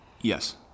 Yes